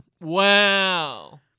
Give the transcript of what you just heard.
Wow